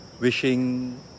Wishing